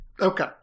Okay